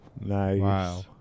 Nice